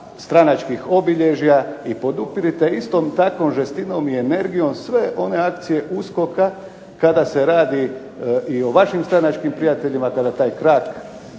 stranačkih obilježja i podupirite istom takovom žestinom i energijom sve one akcije USKOK-a kada se radi i o vašim stranačkim prijateljima, kada taj krak,